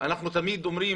אנחנו תמיד עוברים